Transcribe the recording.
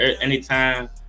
anytime